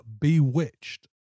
Bewitched